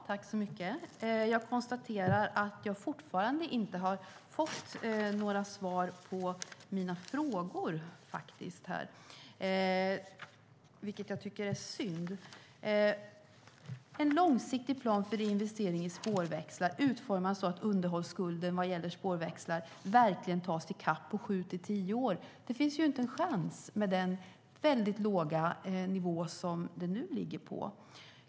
Herr talman! Jag konstaterar att jag fortfarande inte har fått några svar på mina frågor här, vilket jag tycker är synd. Att utforma en långsiktig plan för investeringar i spårväxlar så att underhållsskulden vad gäller spårväxlar verkligen tas i kapp på sju till tio år finns inte en chans med den väldigt låga nivå som de nu ligger på.